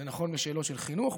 זה נכון בשאלות חינוך.